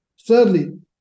Thirdly